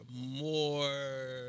more